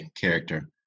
character